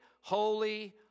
Holy